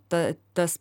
ta tas